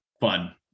fun